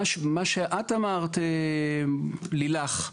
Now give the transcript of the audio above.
מה שאת אמרת, לילך,